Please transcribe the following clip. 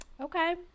okay